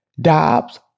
Dobbs